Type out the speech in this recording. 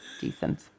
Decent